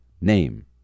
name